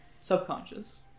subconscious